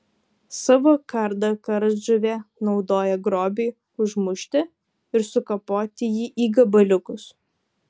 savo kardą kardžuvė naudoja grobiui užmušti ir sukapoti jį į gabaliukus